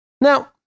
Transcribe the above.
Now